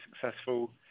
successful